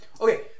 okay